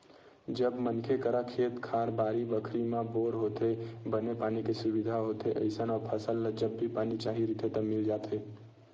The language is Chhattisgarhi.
जब मनखे करा खेत खार, बाड़ी बखरी म बोर होथे, बने पानी के सुबिधा होथे अइसन म फसल ल जब भी पानी चाही रहिथे त मिल जाथे